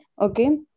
okay